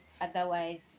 otherwise